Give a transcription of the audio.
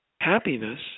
happiness